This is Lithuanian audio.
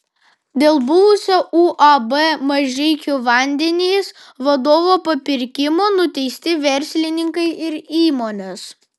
dėl buvusio uab mažeikių vandenys vadovo papirkimo nuteisti verslininkai ir įmonės